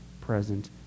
present